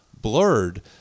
blurred